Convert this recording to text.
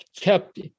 kept